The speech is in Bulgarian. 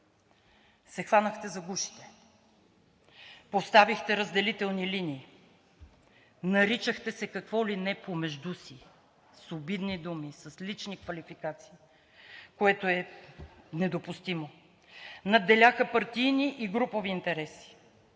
се хванахте за гушите. Поставихте разделителни линии, наричахте се какво ли не помежду си с обидни думи, с лични квалификации, което е недопустимо. Надделяха партийни и групови интереси.